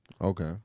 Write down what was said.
Okay